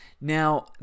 Now